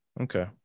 Okay